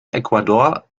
ecuador